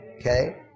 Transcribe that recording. Okay